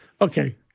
Okay